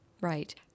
Right